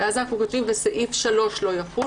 ואז אנחנו כותבים: וסעיף 3 לא יחול.